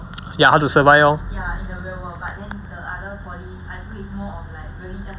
ya how to survive lor